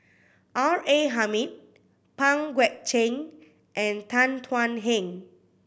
R A Hamid Pang Guek Cheng and Tan Thuan Heng